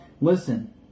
listen